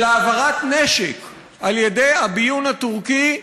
העברת נשק על-ידי הביון הטורקי ל"דאעש"